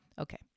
Okay